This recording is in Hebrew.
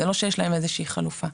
זה לא שיש להם איזושהי חלופה.